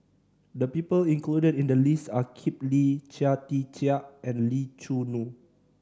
the people included in the list are Kip Lee Chia Tee Chiak and Lee Choo Neo